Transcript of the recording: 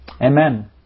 Amen